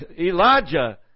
Elijah